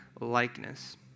likeness